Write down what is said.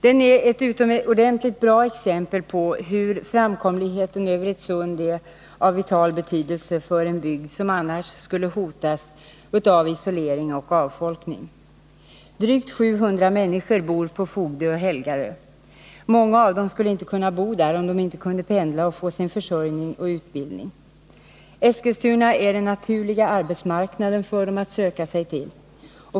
Den är ett utomordentligt bra exempel på hur framkomligheten över ett sund är av vital betydelse för en bygd som annars skulle hotas av isolering och avfolkning. Drygt 700 människor bor på Fogdö-Helgarö. Många av dem skulle inte kunna bo där om de inte kunde pendla för att få sin försörjning och utbildning. Eskilstuna är den naturliga arbetsmarknaden för dem att söka sig till.